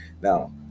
now